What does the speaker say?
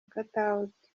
katauti